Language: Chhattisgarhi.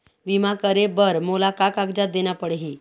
बीमा करे बर मोला का कागजात देना पड़ही?